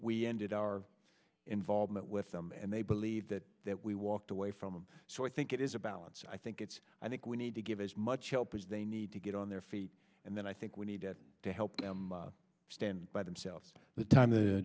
we ended our involvement with them and they believe that that we walked away from them so i think it is a balance i think it's i think we need to give as much help as they need to get on their feet and then i think we need to help them stand by themselves the time the